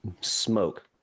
smoke